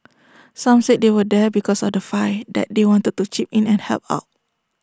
some said they were there because of the fine that they wanted to chip in and help out